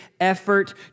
effort